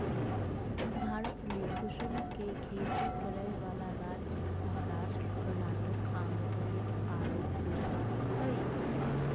भारत में कुसुम के खेती करै वाला राज्य महाराष्ट्र, कर्नाटक, आँध्रप्रदेश आरो गुजरात हई